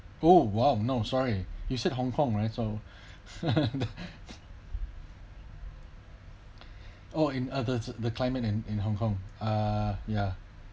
oh !wow! no sorry you said Hong-Kong right so oh in other th~ the climate and in Hong-Kong uh ya that